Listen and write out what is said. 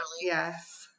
yes